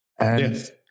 Yes